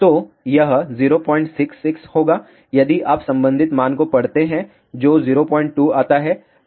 तो यह 066 होगा यदि आप संबंधित मान को पढ़ते हैं जो 02 आता है